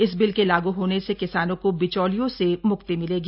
इस बिल के लागू होने से किसानों को बिचौलियों से म्क्ति मिलेगी